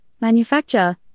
manufacture